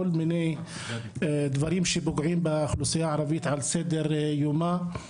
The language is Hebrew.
מיני דברים שפוגעים באוכלוסייה הערבית על סדר-יומה.